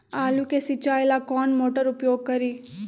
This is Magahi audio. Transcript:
आलू के सिंचाई ला कौन मोटर उपयोग करी?